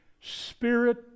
Spirit